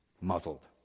muzzled